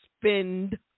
spend